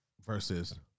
versus